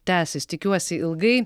tęsis tikiuosi ilgai